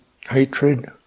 hatred